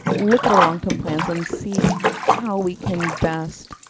look at our long term plans and see how we can best